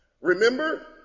Remember